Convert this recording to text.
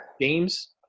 James